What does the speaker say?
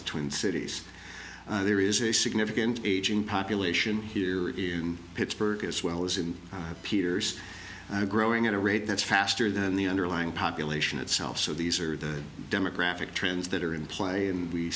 the twin cities there is a significant aging population here in pittsburgh as well as in peter's growing at a rate that's faster than the underlying population itself so these are the demographic trends that are in play and we